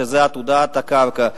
שזו עתודת הקרקע.